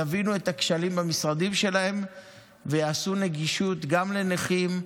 יבינו את הכשלים במשרדים שלהם ויעשו נגישות גם לנכים,